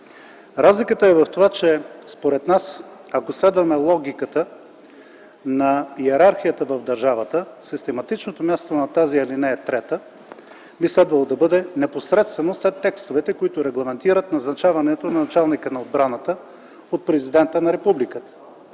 Разликата е в това, че според нас, ако следваме логиката на йерархията в държавата, систематичното място на тази ал. 3 би следвало да бъде непосредствено след текстовете, които регламентират назначаването на началника на отбраната от Президента на Републиката,